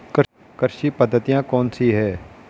कृषि पद्धतियाँ कौन कौन सी हैं?